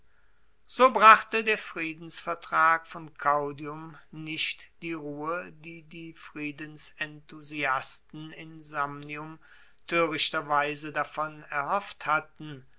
so brachte der friedensvertrag von caudium nicht die ruhe die die friedensenthusiasten in samnium toerichterweise davon erhofft hatten